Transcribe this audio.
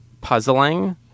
puzzling